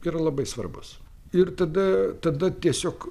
yra labai svarbus ir tada tada tiesiog